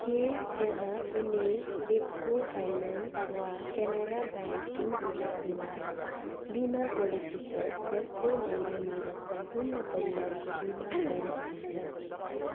के त्यहाँ कुनै रेप्को फाइनेन्स वा केनेरा ब्याङ्क टु व्हिलर बिमा बिमा पोलेसी छ जसले मलाई मेरो सम्पूर्ण परिवारको बिमा गर्न दिन्छ